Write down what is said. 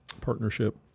partnership